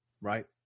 right